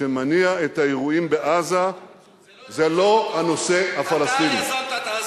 שמניע את האירועים בעזה זה לא הנושא הפלסטיני.